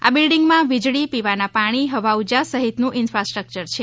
આ બિલ્ડિંગમાં વીજળી પીવાના પાણી હવા ઉજાસ સહિતનું ઇન્ફાસ્ટકચર છે